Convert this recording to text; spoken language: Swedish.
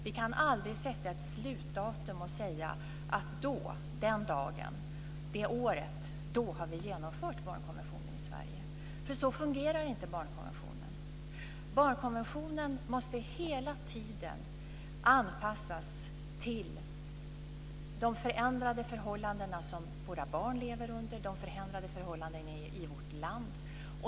Vi kan aldrig sätta ett slutdatum och säga att då, den dagen, det året, har vi genomfört barnkonventionen i Sverige. Så fungerar inte barnkonventionen. Barnkonventionen måste hela tiden anpassas till de förändrade förhållanden som våra barn lever under och de förändrade förhållandena i vårt land.